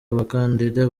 abakandida